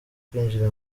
kwinjira